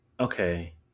Okay